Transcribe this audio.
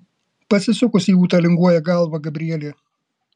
pasisukusi į ūtą linguoja galvą gabrielė